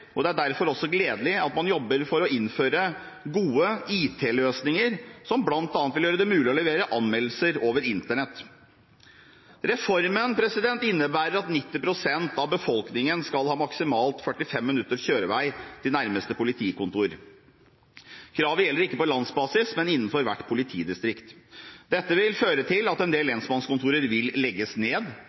og det er derfor også gledelig at man jobber for å innføre gode IT-løsninger som bl.a. vil gjøre det mulig å levere anmeldelser over Internett. Reformen innebærer at 90 pst. av befolkningen skal ha maksimalt 45 minutters kjørevei til nærmeste politikontor. Kravet gjelder ikke på landsbasis, men innenfor hvert politidistrikt. Dette vil føre til at en del lensmannskontorer vil legges ned,